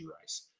Rice